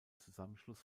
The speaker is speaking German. zusammenschluss